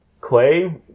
Clay